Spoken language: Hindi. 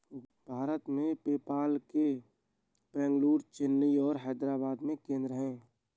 भारत में, पेपाल के बेंगलुरु, चेन्नई और हैदराबाद में केंद्र हैं